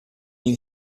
you